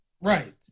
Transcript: right